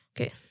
Okay